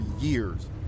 years